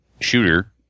shooter